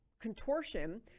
contortion